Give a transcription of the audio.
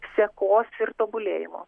sekos ir tobulėjimo